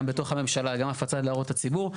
גם בתוך הממשלה, גם הפצה להערות הציבור.